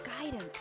guidance